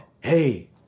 Hey